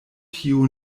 tiu